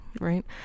right